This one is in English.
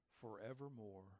forevermore